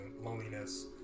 Loneliness